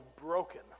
broken